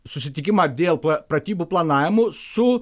susitikimą dėl p pratybų planavimų su